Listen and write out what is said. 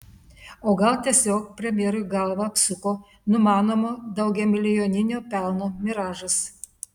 o gal tiesiog premjerui galvą apsuko numanomo daugiamilijoninio pelno miražas